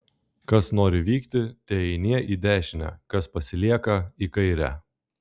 kas nori vykti teeinie į dešinę kas pasilieka į kairę